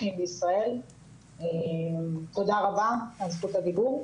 תודה רבה על זכות הדיבור.